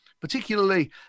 particularly